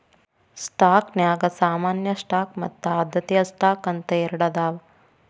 ಸ್ಟಾಕ್ನ್ಯಾಗ ಸಾಮಾನ್ಯ ಸ್ಟಾಕ್ ಮತ್ತ ಆದ್ಯತೆಯ ಸ್ಟಾಕ್ ಅಂತ ಎರಡದಾವ